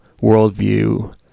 worldview